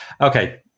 Okay